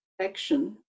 action